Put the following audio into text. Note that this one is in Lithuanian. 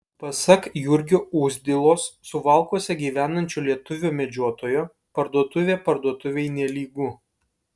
pasak jurgio uzdilos suvalkuose gyvenančio lietuvio medžiotojo parduotuvė parduotuvei nelygu